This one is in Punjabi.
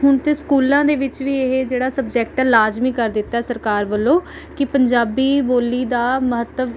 ਹੁਣ ਤਾਂ ਸਕੂਲਾਂ ਦੇ ਵਿੱਚ ਵੀ ਇਹ ਜਿਹੜਾ ਸਬਜੈਕਟ ਹੈ ਲਾਜ਼ਮੀ ਕਰ ਦਿੱਤਾ ਸਰਕਾਰ ਵੱਲੋਂ ਕਿ ਪੰਜਾਬੀ ਬੋਲੀ ਦਾ ਮਹੱਤਵ